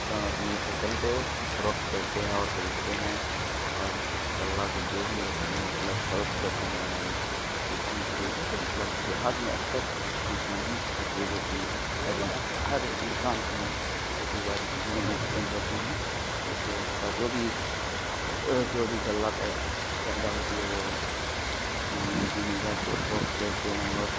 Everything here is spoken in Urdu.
کسان اپنی فصل کو فروخت کرتے ہیں اور خریدتے ہیں اور غلہ کو جو بھی ہوتی ہے مطلب فروخت کرتے ہیں ہماری کسان بھائی مطلب دیہات میں اکثر کسان ہی ہوتی ہے جوکہ ہر ہر انسان اپنے کھیتی باڑی کرنے میں ڈیپینڈ رہتی ہے جس سے اس کا جو بھی جو بھی غلہ پیدا ہوتی ہے وہ منڈی میں جا کے فروخت کرتے ہیں اور